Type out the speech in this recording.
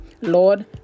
Lord